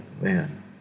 man